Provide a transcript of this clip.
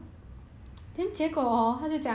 mm